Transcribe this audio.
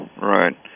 right